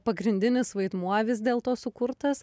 pagrindinis vaidmuo vis dėlto sukurtas